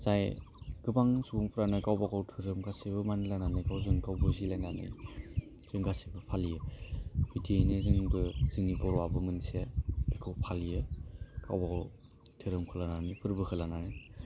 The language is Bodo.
जाय गोबां सुंबुफ्रानो गावबा गाव धोरोम गासैबो मानिलायनानै गावजों गावबुजिलायनानै जों गासैबो फालियो बिदियैनो जोंबो जोंनि बर'आबो मोनसेखौ फालियो गावबा गाव धोरोमखौ लानानै फोर्बो खालामनानै